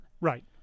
Right